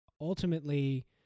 ultimately